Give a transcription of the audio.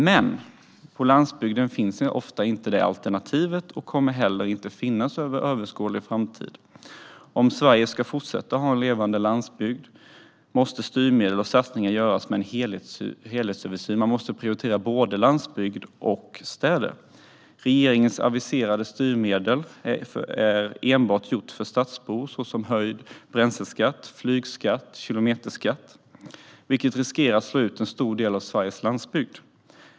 Men på landsbygden finns ofta inte kollektivtrafik som alternativ och kommer inte heller att finns under överskådlig framtid. Om Sverige ska fortsätta att ha en levande landsbygd måste styrmedel och satsningar göras med en helhetssyn. Man måste prioritera både landsbygd och städer. Regeringens aviserade styrmedel är enbart gjorda för stadsbor, såsom höjd bränsleskatt, flygskatt och kilometerskatt, och riskerar att slå ut en stor del av Sveriges landsbygd.